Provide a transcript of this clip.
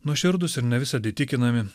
nuoširdūs ir ne visad įtikinami